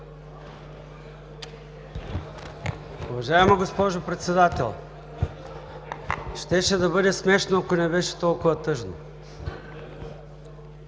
Уважаема госпожо Председател, щеше да бъде смешно, ако не беше толкова тъжно.